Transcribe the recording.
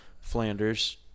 Flanders